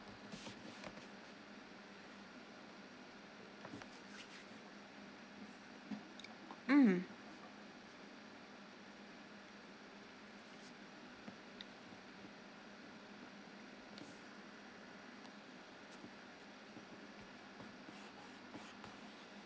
mm